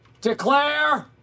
declare